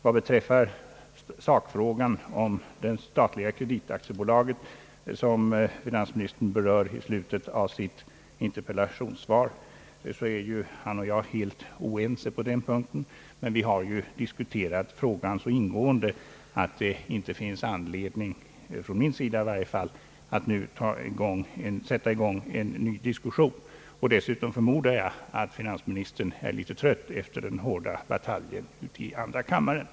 Vad beträffar sakfrågan om det statliga kreditaktiebolaget, som finansministern berör i slutet av sitt interpellationssvar, så är han och jag helt oense. Vi har emellertid diskuterat frågan så ingående att det inte finns anledning, i varje fall inte från min sida, att nu ta upp en ny diskussion. Dessutom för modar jag att finansministern är litet trött efter den hårda bataljen i andra kammaren.